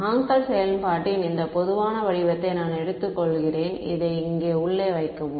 Hankel செயல்பாட்டின் இந்த பொதுவான வடிவத்தை நான் எடுத்துக் கொள்கிறேன் இதை இங்கே உள்ளே வைக்கவும்